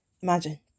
Imagine